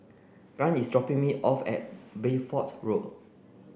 Grant is dropping me off at Bedford Road